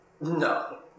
No